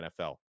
NFL